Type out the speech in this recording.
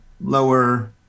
lower